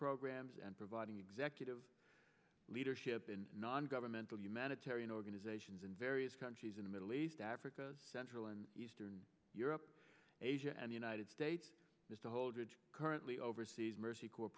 programs and providing executive leadership and non governmental humanitarian organizations in various countries in the middle east africa central and eastern europe asia and united states is to hold ridge currently oversees mercy co